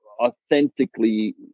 authentically